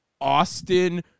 Austin